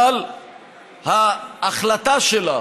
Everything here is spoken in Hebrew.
אבל ההחלטה שלה